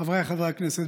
חבריי חברי הכנסת,